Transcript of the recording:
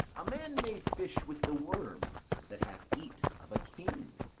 a man may fish with the worm that hath eat of a king,